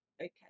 okay